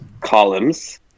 columns